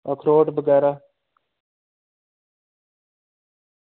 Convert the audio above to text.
अखरोट बगैरा